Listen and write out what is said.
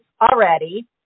already